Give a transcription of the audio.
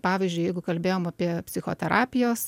pavyzdžiui jeigu kalbėjom apie psichoterapijos